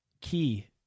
key